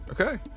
Okay